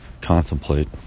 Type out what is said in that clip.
contemplate